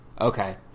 Okay